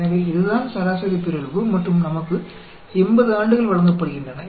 எனவே இதுதான் சராசரி பிறழ்வு மற்றும் நமக்கு 80 ஆண்டுகள் வழங்கப்படுகின்றன